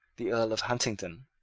the earl of huntingdon,